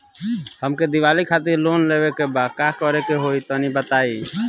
हमके दीवाली खातिर लोन लेवे के बा का करे के होई तनि बताई?